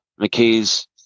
McKay's